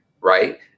right